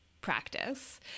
practice